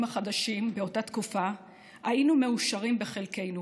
החדשים באותה תקופה היינו מאושרים בחלקנו,